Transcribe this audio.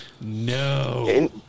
no